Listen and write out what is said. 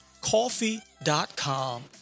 coffee.com